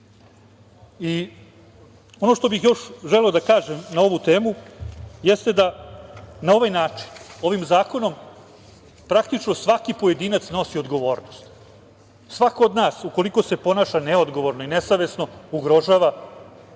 što bih još želeo da kažem na ovu temu jeste da na ovaj način ovim zakonom praktično svaki pojedinac nosi odgovornost. Svako od nas ukoliko se ponaša neodgovorno i nesavesno, ugrožava